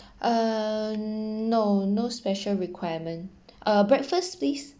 um no no special requirement uh breakfast please